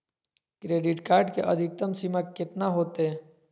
Credit card के अधिकतम सीमा कितना होते?